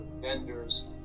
vendors